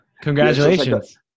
congratulations